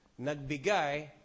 nagbigay